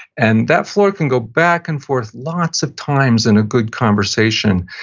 and that floor can go back and forth lots of times in a good conversation.